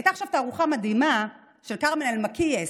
הייתה עכשיו תערוכה מדהימה של כרמן אלמקייס,